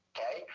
Okay